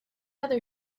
other